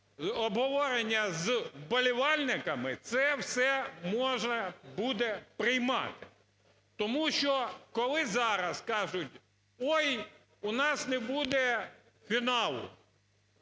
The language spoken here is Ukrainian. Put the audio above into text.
обговорення з вболівальниками це все можна буде приймати. Тому що коли зараз кажуть: "Ой, у нас не буде фіналу